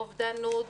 אובדנות,